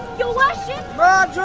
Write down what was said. your worship!